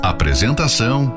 Apresentação